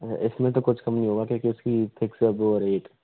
आरे इस में तो कुछ कम नहीं होगा क्योंकि इसका फिक्स्ट है रेट